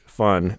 fun